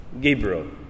Gabriel